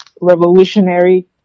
Revolutionary